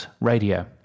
radio